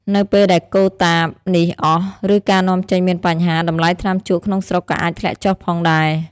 នៅពេលដែលកូតានេះអស់ ឬការនាំចេញមានបញ្ហា តម្លៃថ្នាំជក់ក្នុងស្រុកក៏អាចធ្លាក់ចុះផងដែរ។